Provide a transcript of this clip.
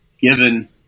given